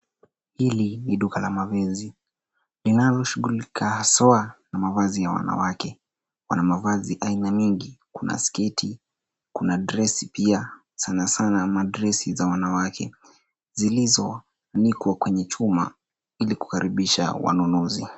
Hili ni duka la mavezi inayoshugulika haswa na mavazi ya wanawake. Wana mavazi aina mengi, kuna sketi, kuna dresi pia, sanasana madresi za wanawake, zilizoanikwa kenye chuma ili kukaribisha wanunuzi.